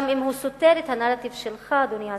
גם אם הוא סותר את הנרטיב שלך, אדוני השר,